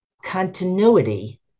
continuity